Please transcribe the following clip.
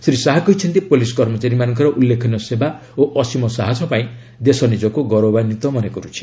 ଶ୍ରୀ ଶାହା କହିଛନ୍ତି ପୋଲିସ୍ କର୍ମଚାରୀଙ୍କର ଉଲ୍ଲେଖନୀୟ ସେବା ଓ ଅସୀମ ସାହସ ପାଇଁ ଦେଶ ନିଜକ୍ତ ଗୌରବାନ୍ନିତ ମନେକରୁଛି